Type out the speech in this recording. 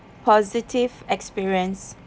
positive experience